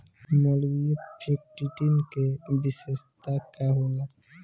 Malviya fifteen के विशेषता का होला?